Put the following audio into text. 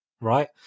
right